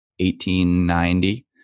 1890